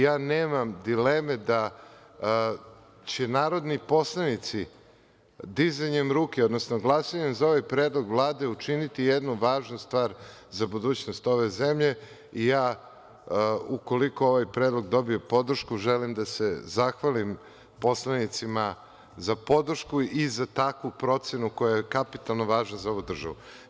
Ja nemam dileme da će narodni poslanici dizanjem ruke, odnosno glasanjem za ovaj predlog vlade učiniti jednu važnu stvar za budućnost ove zemlje i ja ukoliko ovaj predlog dobije podršku, želim da se zahvalim poslanicima za podršku i za takvu procenu koja je kapitalno važna za ovu državu.